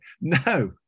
no